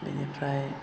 बेनिफ्राय